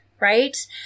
right